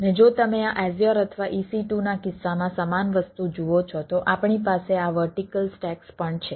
અને જો તમે આ એઝ્યોર અથવા EC2 ના કિસ્સામાં સમાન વસ્તુ જુઓ છો તો આપણી પાસે આ વર્ટિકલ સ્ટેક્સ પણ છે